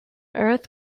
earth